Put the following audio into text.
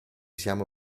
siamo